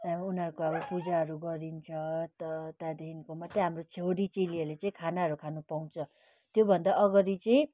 उनीहरूको अब पूजाहरू गरिन्छ त त्यहाँदेखिको मात्रै हाम्रो छोरी चेलीहरूले चाहिँ खानाहरू खानु पाउँछ त्यो भन्दा अघाडि चाहिँ